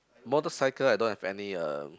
motorcycle I don't have any um